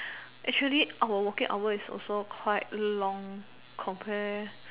actually our working hour is also quite long compare